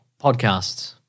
podcasts